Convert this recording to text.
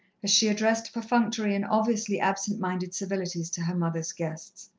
as she addressed perfunctory and obviously absent-minded civilities to her mother's guests.